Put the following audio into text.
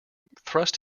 thrust